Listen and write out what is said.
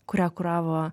kurią kuravo